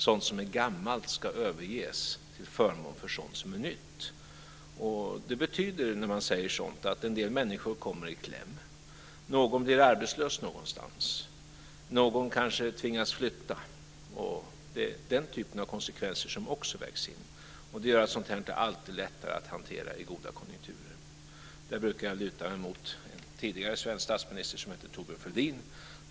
Sådant som är gammalt ska överges till förmån för sådant som är nytt. När man talar om sådant betyder det att en del människor kommer i kläm. Någon blir arbetslös någonstans. Någon kanske tvingas flytta. Den typen av konsekvenser vägs också in. Det gör att sådant här alltid är lättare att hantera i goda konjunkturer. Där brukar jag luta mig mot en tidigare svensk statsminister som heter Thorbjörn Fälldin.